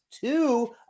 two